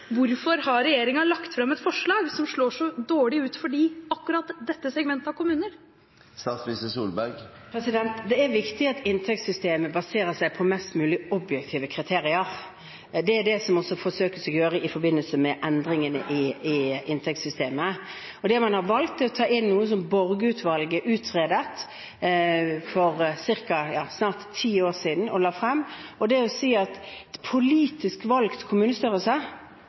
Hvorfor har regjeringen lagt fram et forslag som slår så dårlig ut for akkurat dette segmentet av kommuner? Det er viktig at inntektssystemet baserer seg på mest mulig objektive kriterier. Det er det en også forsøker å gjøre i forbindelse med endringene i inntektssystemet. Det man har valgt, er å ta inn noe som Borge-utvalget utredet og la frem for snart ti år siden, og som går på politisk valgt kommunestørrelse. Hvis en velger politisk,